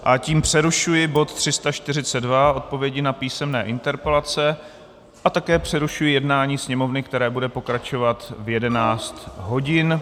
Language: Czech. A tím přerušuji bod 342 Odpovědi na písemné interpelace a také přerušuji jednání Sněmovny, které bude pokračovat v 11 hodin.